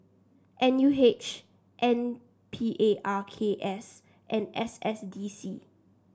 N U H N P A R K S and S S D C